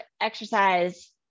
exercise